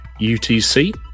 UTC